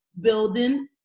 building